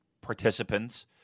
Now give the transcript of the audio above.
participants